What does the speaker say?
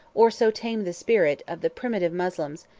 or so tame the spirit, of the primitive moslems,